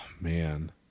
man